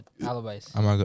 alibis